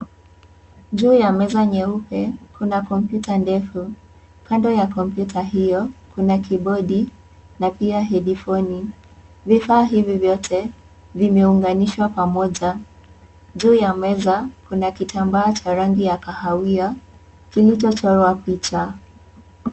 Juu ya meza nyeupe, kuna kompyuta ndefu. Kando ya kompyuta hio, kuna kibodi na pia hedifoni. Vifaa hivi vyote vimeunganishwa pamoja. Juu ya meza kuna kitambaa cha rangi ya kahawia kilichochorwa picha.